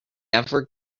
ever